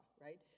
right